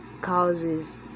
causes